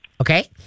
Okay